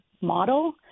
model